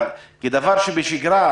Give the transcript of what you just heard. אבל כדבר שבשגרה,